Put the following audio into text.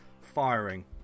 firing